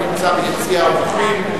הנמצא ביציע האורחים.